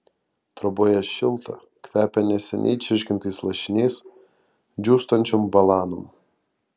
troboje šilta kvepia neseniai čirškintais lašiniais džiūstančiom balanom